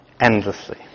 endlessly